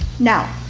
now,